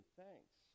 thanks